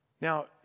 Now